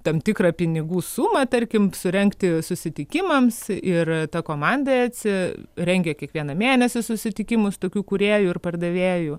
tam tikrą pinigų sumą tarkim surengti susitikimams ir ta komanda etsi rengia kiekvieną mėnesį susitikimus tokių kūrėjų ir pardavėjų